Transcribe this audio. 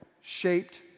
shaped